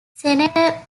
senator